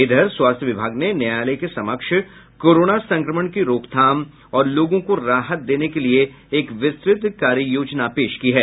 इधर स्वास्थ्य विभाग ने न्यायालय के समक्ष कोरोना संक्रमण की रोकथाम और लोगों को राहत देने के लिए एक विस्तृत कार्ययोजना पेश की है